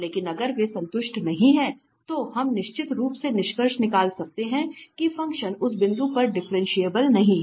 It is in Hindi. लेकिन अगर वे संतुष्ट नहीं हैं तो हम निश्चित रूप से निष्कर्ष निकाल सकते हैं कि फंक्शन उस बिंदु पर डिफरेंशिएबल नहीं है